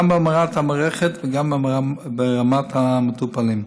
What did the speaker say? גם ברמת המערכת וגם ברמת המטופלים,